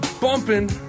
bumping